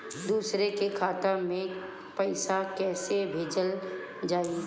दूसरे के खाता में पइसा केइसे भेजल जाइ?